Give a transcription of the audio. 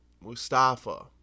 Mustafa